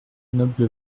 noble